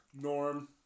Norm